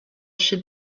should